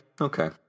Okay